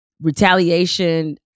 retaliation